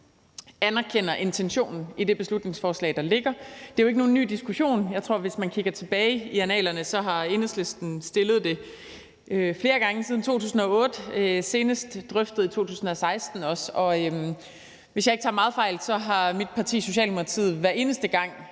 Det er jo ikke nogen ny diskussion. Jeg tror, at hvis man kigger tilbage i annalerne, har Enhedslisten fremsat det flere gange siden 2008; senest er det drøftet i 2016. Hvis jeg ikke tager meget fejl, har mit parti, Socialdemokratiet, hver eneste gang